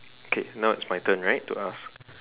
okay now it's my turn right to ask